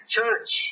church